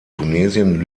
tunesien